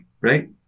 right